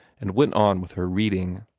and went on with her reading.